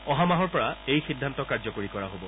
অহা মাহৰ পৰা এই সিদ্ধান্ত কাৰ্যকৰী কৰা হ'ব